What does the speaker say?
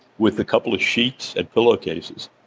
with a couple of sheets and pillow cases.